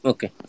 Okay